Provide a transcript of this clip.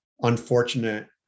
unfortunate